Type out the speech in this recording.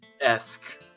esque